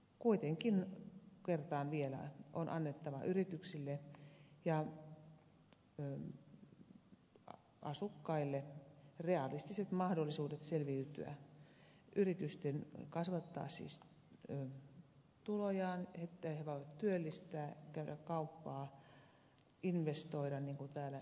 kuitenkin kertaan vielä on annettava yrityksille ja asukkaille realistiset mahdollisuudet selviytyä yrityksille kasvattaa siis tulojaan että ne voivat työllistää käydä kauppaa investoida niin kuin täällä ed